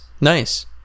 Nice